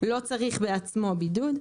לא צריך בעצמו בידוד,